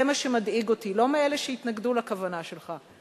זה מה שמדאיג אותי, לא מאלה שהתנגדו לכוונה שלך.